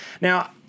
Now